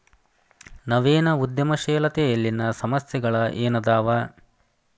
ನವೇನ ಉದ್ಯಮಶೇಲತೆಯಲ್ಲಿನ ಸಮಸ್ಯೆಗಳ ಏನದಾವ